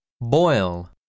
Boil